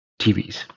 TVs